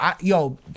yo